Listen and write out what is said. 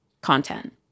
content